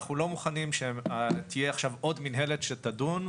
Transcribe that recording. אנחנו לא מוכנים שתהיה עכשיו עוד מינהלת שתדון,